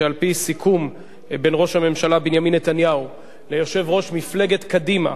שעל-פי סיכום בין ראש הממשלה בנימין נתניהו ליושב-ראש מפלגת קדימה,